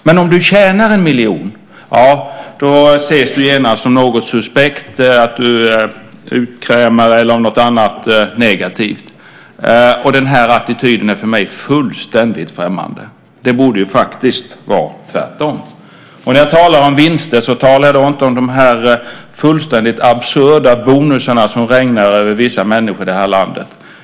Men om du tjänar 1 miljon, ja, då ses du genast som något suspekt, en krämare eller något annat negativt. Den här attityden är för mig fullständigt främmande. Det borde faktiskt vara tvärtom. När jag talar om vinster talar jag inte om de fullständigt absurda bonusar som regnar över vissa människor i det här landet.